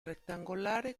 rettangolare